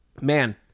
Man